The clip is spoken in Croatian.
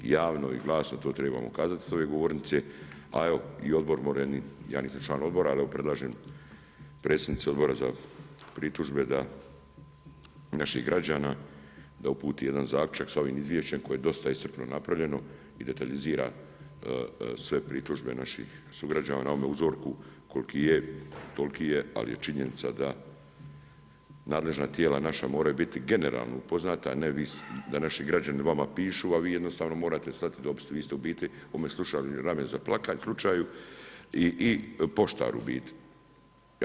Javno i glasno to trebamo kazati s ove govornice a evo i odbor može, ja nisam član odbora, ali evo predlažem predsjednici Odbora za pritužbe naših građana da uputi jedan zaključak sa ovim izvješćem koje je dosta iscrpno i detaljizira sve pritužbe naših sugrađana, na ovome uzroku koliki je, toliki je, ali je činjenica da nadležna tijela naša moraju biti generalno upoznata a ne da naši građani vama pišu a vi jednostavno morate slati dopis, vi ste u biti u ovome slučaju rame za plakanje i poštar u biti.